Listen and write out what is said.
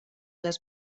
les